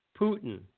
Putin